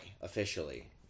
officially